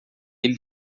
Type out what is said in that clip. ele